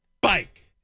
bike